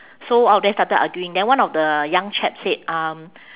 so all of them started arguing then one of the young chap said um